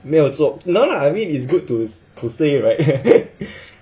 没有做 no lah I mean it's good to to say right